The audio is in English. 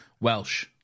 Welsh